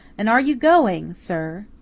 and are you going, sir?